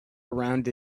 around